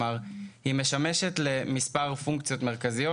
היא משמשת למספר פונקציות מרכזיות,